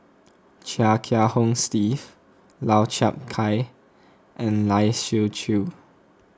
Chia Kiah Hong Steve Lau Chiap Khai and Lai Siu Chiu